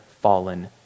fallen